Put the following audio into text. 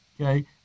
Okay